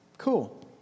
Cool